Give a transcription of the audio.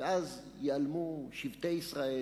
ואז ייעלמו שבטי ישראל,